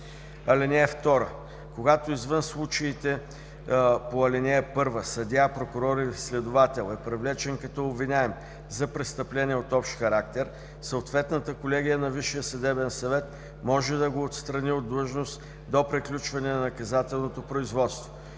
(2) Когато, извън случаите по ал. 1, съдия, прокурор или следовател е привлечен като обвиняем за престъпление от общ характер, съответната колегия на Висшия съдебен съвет може да го отстрани от длъжност до приключването на наказателното производство.